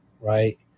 right